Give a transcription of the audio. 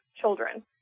children